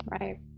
Right